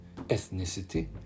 ethnicity